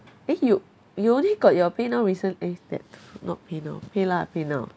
eh you you only got your paynow recent~ eh that not paynow paylah paynow